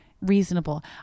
reasonable